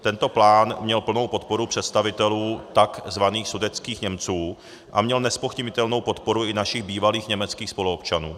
Tento plán měl plnou podporu představitelů takzvaných sudetských Němců a měl nezpochybnitelnou podporu i našich bývalých německých spoluobčanů.